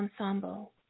ensemble